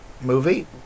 movie